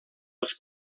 els